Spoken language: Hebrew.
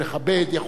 יכול להסכים,